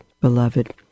beloved